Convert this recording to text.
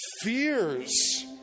fears